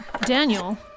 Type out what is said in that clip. Daniel